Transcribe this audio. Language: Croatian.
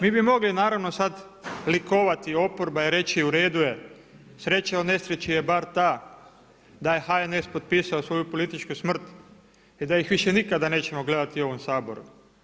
Mi bi mogli naravno sada likovati oporba i reći uredu je, sreća u nesreći je bar ta da je HNS potpisao svoju političku smrt i da ih više nikada nećemo gledati u ovom Saboru.